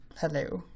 hello